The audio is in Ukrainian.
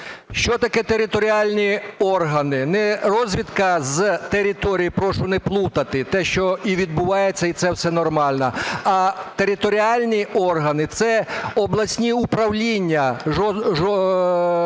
Що таке територіальні органи. Не розвідка з території, прошу не плутати те, що і відбувається, і це все нормально, а територіальні органи – це обласні управління